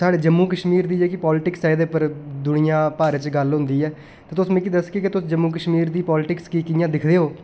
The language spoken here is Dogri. साढ़े जम्मू कश्मीर दी जेह्की पालिटिक्स ऐ एहदे पर दुनिया भारत च गल्ल हुंदी ऐ ते तुस मिगी दसगे के तुस जम्मू कश्मीर दी पालिटिक्स गी कि'यां दिखदे ओ